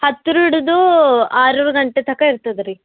ಹತ್ತರ ಹಿಡ್ದೂ ಆರು ಗಂಟೆ ತನಕ ಇರ್ತದ ರೀ